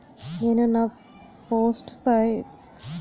నేను నా postpaid mobile bill ముందే పే చేయడం ఎలా?